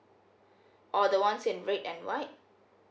or the ones in red and white